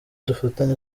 dufatanye